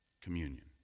Communion